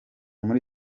muri